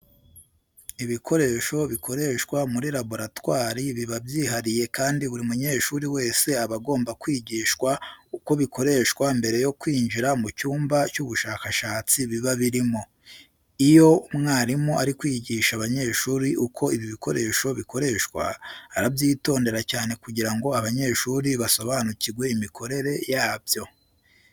Ibikoresho bikoreshwa muri laboratwari biba byihariye kandi buri munyeshuri wese aba agomba kwigishwa uko bikoreshwa mbere yo kwinjira mu cyumba cy'ubushakashatsi biba birimo. Iyo umwarimu ari kwigisha abanyeshuri uko ibi bikoresho bikoreshwa, arabyitondera cyane kugira ngo abanyeshuri basobanukirwe imikorere yabyo.